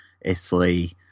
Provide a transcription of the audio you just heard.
Italy